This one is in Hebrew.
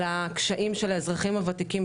על הקשיים של האזרחים הוותיקים,